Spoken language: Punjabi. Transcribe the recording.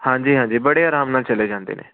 ਹਾਂਜੀ ਹਾਂਜੀ ਬੜੇ ਆਰਾਮ ਨਾਲ ਚਲੇ ਜਾਂਦੇ ਨੇ